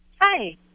Hi